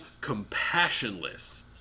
compassionless